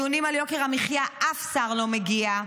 ולדיונים על יוקר המחיה אף שר לא מגיע,